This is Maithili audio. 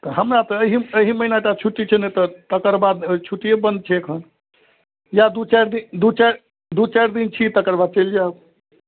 तऽ हमरा तऽ एहि एहि महिनाटा छुट्टी छै नहि तऽ तकर बाद छुट्टिए बन्द छै एखन इएह दुइ चारि दुइ चारि दुइ चारि दिन छी तकर बाद चलि जाएब